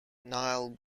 niall